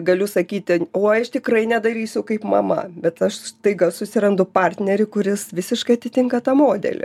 galiu sakyti oi aš tikrai nedarysiu kaip mama bet aš staiga susirandu partnerį kuris visiškai atitinka tą modelį